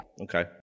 Okay